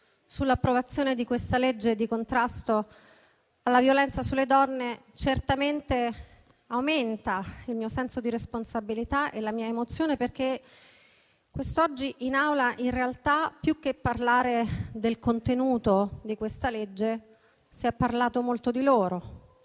dell'approvazione di questa legge di contrasto alla violenza sulle donne. Questo certamente aumenta il mio senso di responsabilità e la mia emozione, perché quest'oggi in Aula, in realtà, più che parlare del contenuto della legge in esame si è parlato molto di loro.